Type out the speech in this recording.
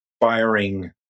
firing